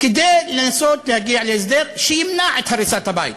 כדי לנסות להגיע להסדר שימנע את הריסת הבית,